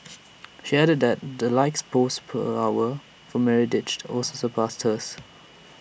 she added the likes per post for Meredith also surpassed hers